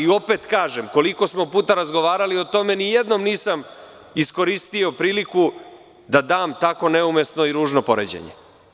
Opet kažem, koliko smo puta razgovarali o tome, ni jednom nisam iskoristio priliku da dam tako neumesno i ružno poređenje.